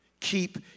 Keep